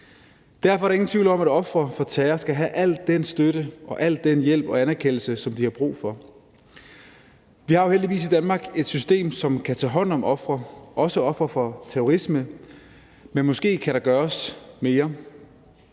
Derfor er der ingen tvivl om, at ofre for terror skal have al den støtte og al den hjælp og anerkendelse, som de har brug for. Vi har heldigvis i Danmark et system, som kan tage hånd om ofre, også ofre for terrorisme, men måske kan der gøres mere.